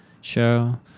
show